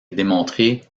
démontrée